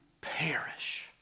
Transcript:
perish